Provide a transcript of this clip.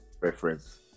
reference